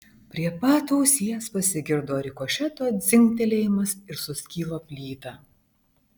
prie pat ausies pasigirdo rikošeto dzingtelėjimas ir suskilo plyta